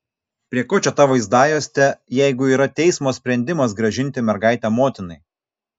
prie ko čia ta vaizdajuostė jeigu yra teismo sprendimas grąžinti mergaitę motinai